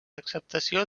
acceptació